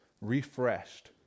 refreshed